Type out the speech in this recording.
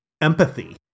empathy